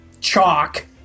chalk